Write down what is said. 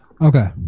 Okay